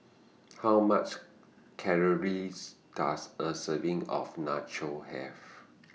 How much Calories Does A Serving of Nachos Have